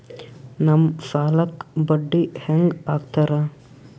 ನಮ್ ಸಾಲಕ್ ಬಡ್ಡಿ ಹ್ಯಾಂಗ ಹಾಕ್ತಾರ?